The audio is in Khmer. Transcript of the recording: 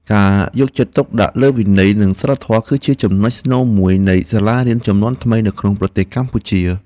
ការយកចិត្តទុកដាក់លើវិន័យនិងសីលធម៌គឺជាចំណុចស្នូលមួយនៃសាលារៀនជំនាន់ថ្មីនៅក្នុងប្រទេសកម្ពុជា។